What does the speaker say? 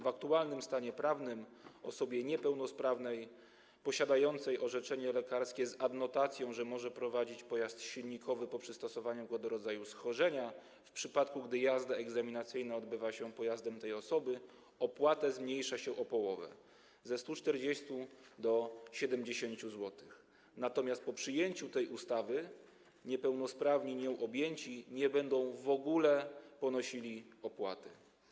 W aktualnym stanie prawnym osobie niepełnosprawnej posiadającej orzeczenie lekarskie z adnotacją, że może prowadzić pojazd silnikowy po przystosowaniu go do rodzaju schorzenia, w przypadku gdy jazda egzaminacyjna odbywa się pojazdem tej osoby, opłatę zmniejsza się o połowę - ze 140 do 70 zł, natomiast po przyjęciu tej ustawy niepełnosprawni nią objęci nie będą w ogóle ponosili takiej opłaty.